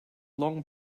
long